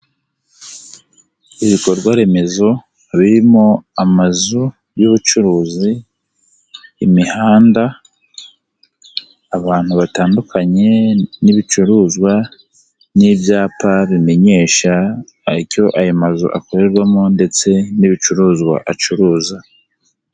Ibikorwaremezo birimo amazu y'ubucuruzi, imihanda, abantu batandukanye n'ibicuruzwa, n'ibyapa bimenyesha icyo ayo mazu akorerwamo ndetse n'ibicuruzwa acuruza.